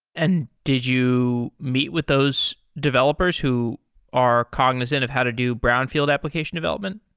and did you meet with those developers who are cognizant of how to do brownfield application development?